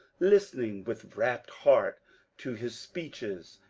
listening with rapt heart to his speeches,